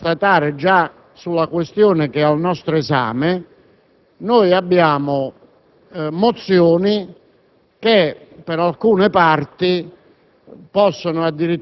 lei potrà constatare già sulla questione che è al nostro esame, vi sono mozioni che, in alcune parti,